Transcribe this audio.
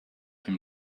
him